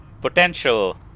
potential